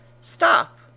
Stop